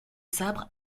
sabre